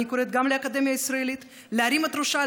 אני קוראת גם לאקדמיה הישראלית להרים את ראשה,